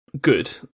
good